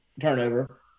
turnover